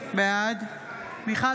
בעד מיכל